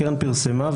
הקרן פרסמה,